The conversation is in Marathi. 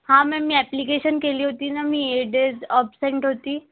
हां मॅम मी ऍप्लिकेशन केली होती ना मी येट डेज अबसेन्ट होती